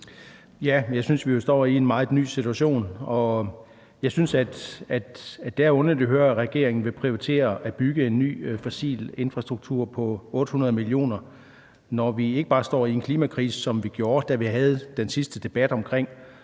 men jeg synes, at vi står i en meget ny situation. Og jeg synes, det er underligt at høre, at regeringen vil prioritere at bygge en ny fossil infrastruktur for 800 mio. kr., når vi ikke bare står i en klimakrise, som vi gjorde, da vi havde den sidste debat om,